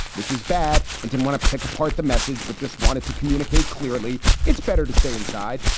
which is bad, and to want to pick apart the message, but just wanted to communicate clearly. it's better to stay inside,